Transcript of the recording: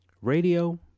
Radio